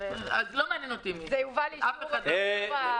זה יובא לאישור הוועדה.